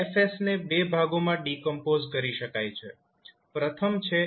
F ને બે ભાગોમાં ડિકોમ્પોઝ કરી શકાય છે